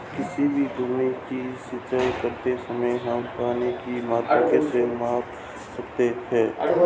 किसी भूमि की सिंचाई करते समय हम पानी की मात्रा कैसे माप सकते हैं?